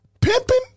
Pimping